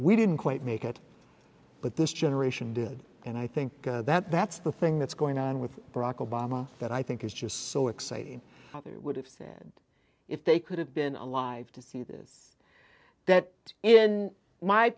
we didn't quite make it but this generation did and i think that that's the thing that's going on with barack obama that i think is just so exciting i would have said if they could have been alive to see this that in my